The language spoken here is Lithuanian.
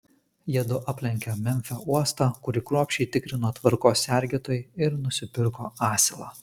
jiedu aplenkė memfio uostą kurį kruopščiai tikrino tvarkos sergėtojai ir nusipirko asilą